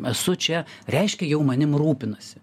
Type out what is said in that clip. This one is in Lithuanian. esu čia reiškia jau manim rūpinasi